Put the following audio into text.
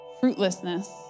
fruitlessness